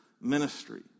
ministry